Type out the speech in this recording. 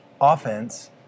offense